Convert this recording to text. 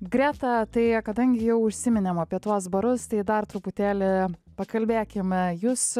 greta tai kadangi jau užsiminėm apie tuos barus tai dar truputėlį pakalbėkime jūs